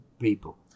people